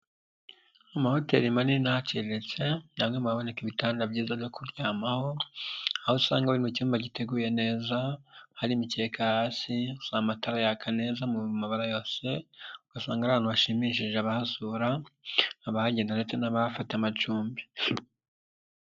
Amahoteli manini'a haciritse ni hamwe mu haboneka ibitanda byiza byo kuryamaho, aho usanga bari mu cyumba giteguye neza, hari imikeka hasi, amatara yaka neza mu mabara yose, ugasanga ahantu hashimishije abahasura, abahagenda ndetse n'abafata amacumbi.